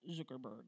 Zuckerberg